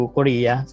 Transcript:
Korea